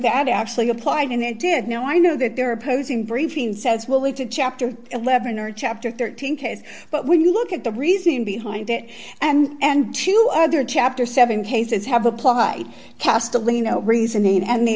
that actually applied and they did know i know that they're opposing briefing says will lead to chapter eleven or chapter thirteen case but when you look at the reasoning behind it and two other chapter seven cases have applied cast of lino reasoning and the